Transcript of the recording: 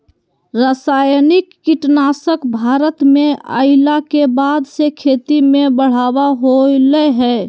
रासायनिक कीटनासक भारत में अइला के बाद से खेती में बढ़ावा होलय हें